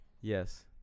yes